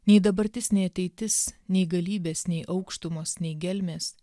nei dabartis nei ateitis nei galybės nei aukštumos nei gelmės